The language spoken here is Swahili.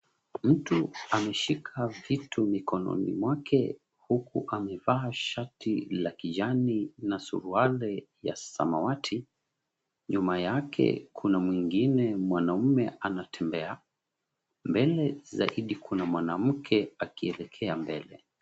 Mtu ameshika vitu mikononi mwake huku amevaa shati la kijani na suruali ya samawati. Nyuma yake kuna mwengine mwanamume anatembea. Mbele zaidi kuna mwanamke akielekea mbele.